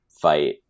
fight